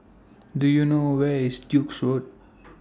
Do YOU know Where IS Duke's Road